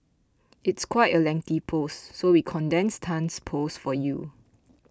it's quite a lengthy post so we condensed Tan's post for you